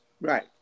right